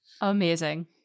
Amazing